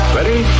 Ready